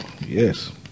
Yes